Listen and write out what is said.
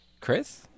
Chris